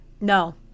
No